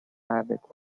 arabic